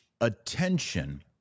attention